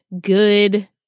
good